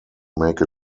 make